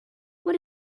what